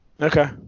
Okay